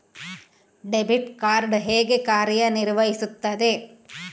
Debit card ಹೇಗೆ ಕಾರ್ಯನಿರ್ವಹಿಸುತ್ತದೆ?